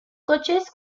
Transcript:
coches